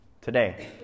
today